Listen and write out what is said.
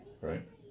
Right